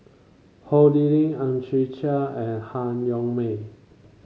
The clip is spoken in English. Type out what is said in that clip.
Ho Lee Ling Ang Chwee Chai and Han Yong May